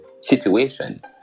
situation